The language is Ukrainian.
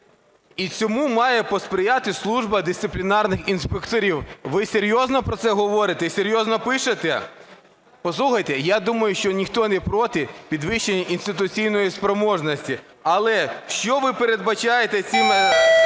І цьому має посприяти служба дисциплінарних інспекторів. Ви серйозно про це говорите і серйозно пишете? Послухайте, я думаю, що ніхто не проти підвищення інституційної спроможності, але що ви передбачаєте цим